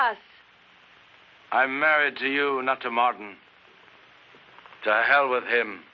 us i'm married to you not to martin to hell with him